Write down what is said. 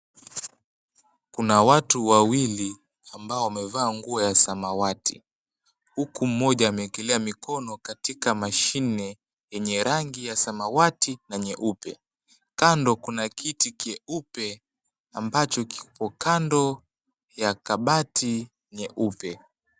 Kuna watu wawili ambao wamevaa nguo ya samawati, huku mmoja ameekelea mikono katika mashine yenye rangi ya samawati na nyeupe. Kando kuna kiti kieupe ambacho kiko kando ya kabati nyeupe.